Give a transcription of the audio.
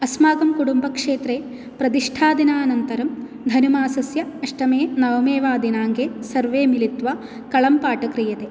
अस्माकं कुटुम्बक्षेत्रे प्रतिष्ठादिनानन्तरं धनुर्मासस्य अष्टमे नवमे वा दिनाङ्के सर्वे मिलित्वा कलम्पाट् क्रियते